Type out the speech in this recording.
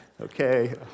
okay